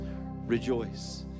rejoice